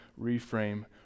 reframe